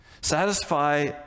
Satisfy